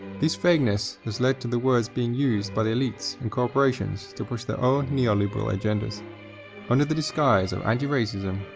this vagueness has led to the words being used by the elites and corporations to push their own neo-liberal agendas under the disguise of anti-racism,